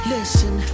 Listen